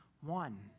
one